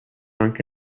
anche